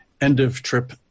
end-of-trip